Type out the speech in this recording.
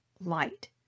light